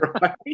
Right